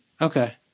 Okay